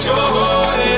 Joy